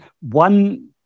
one